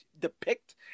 depict